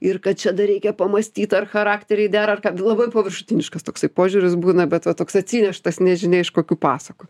ir kad čia dar reikia pamąstyt ar charakteriai dera ar ką labai paviršutiniškas toksai požiūris būna bet va toks atsineštas nežinia iš kokių pasakų